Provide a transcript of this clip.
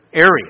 area